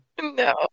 No